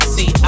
See